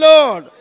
Lord